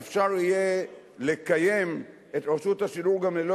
יהיה אפשר לקיים את רשות השידור גם ללא